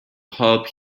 help